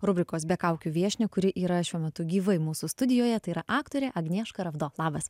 rubrikos be kaukių viešnią kuri yra šiuo metu gyvai mūsų studijoje tai yra aktorė agnieška ravdo labas